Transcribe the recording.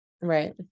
Right